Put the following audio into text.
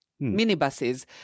minibuses